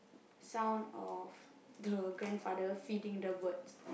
sound of the grandfather feeding the bird